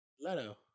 Leto